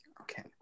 Okay